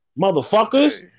motherfuckers